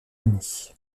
unis